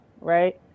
right